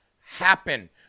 happen